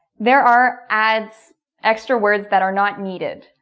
there are adds extra words that are not needed.